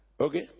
Okay